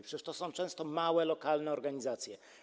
Przecież to są często małe, lokalne organizacje.